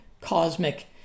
cosmic